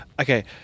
okay